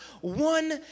one